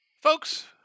Folks